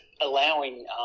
allowing